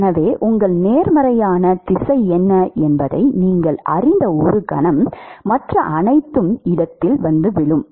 எனவே உங்கள் நேர்மறையான திசை என்ன என்பதை நீங்கள் அறிந்த ஒரு கணம் மற்ற அனைத்தும் இடத்தில் விழும்